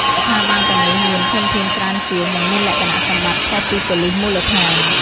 ស្ថាប័នទាំងនេះមាន ធនធាន ច្រើនជាង និងមានលក្ខណៈសម្បត្តិខុសពីប៉ូលិសមូលដ្ឋាន។